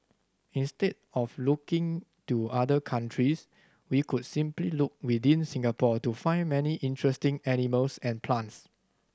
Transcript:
instead of looking to other countries we could simply look within Singapore to find many interesting animals and plants